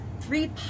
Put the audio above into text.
three